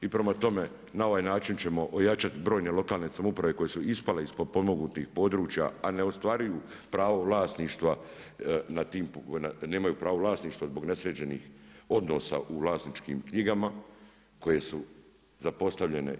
I prema tome, na ovaj način ćemo ojačat brojne lokalne samouprave koje su ispale iz potpomognutih područja, a ne ostvaruju pravo vlasništva nad tim, nemaju pravo vlasništva zbog nesređenih odnosa u vlasničkim knjigama koje su zapostavljene.